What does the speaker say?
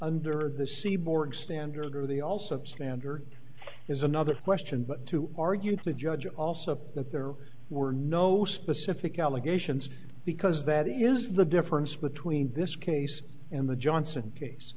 under the seaboard standard or the also standard is another question to argue to the judge also that there were no specific allegations because that is the difference between this case and the johnson case